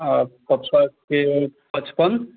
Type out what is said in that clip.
आ पापा के पचपन